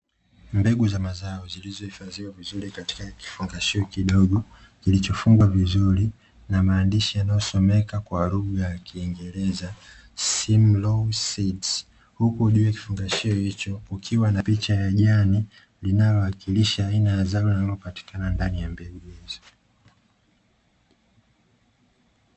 Mbegu za mazao zilizohifadhiwa vizuri katika kifungashio kidogo kilichofungwa vizuri, na maandishi yanayosomeka kwa lugha ya kiingereza "simu low seeds" huku juu ya kifungashio hicho kukiwa na picha ya jani inayowakilishi aina ya zao linalopatikana ndani ya mbegu hizo.